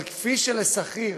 אבל כפי ששכיר